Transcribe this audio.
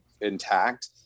intact